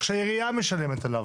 שהעירייה משלמת עליו,